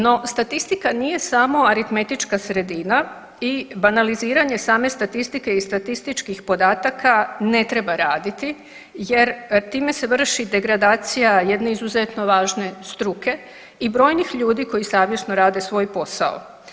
No, statistika nije samo aritmetička sredina i banaliziranje same statistike i statističkih podataka ne treba raditi jer time se vrši degradacija jedne izuzetno važne struke i brojnih ljudi koji savjesno rade svoj posao.